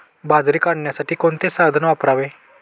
बाजरी काढण्यासाठी कोणते साधन वापरावे?